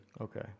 Okay